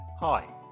Hi